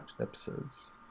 episodes